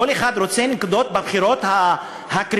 וכל אחד שרוצה נקודות בבחירות הקרבות,